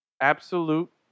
absolute